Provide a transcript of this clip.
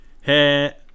hey